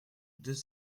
deux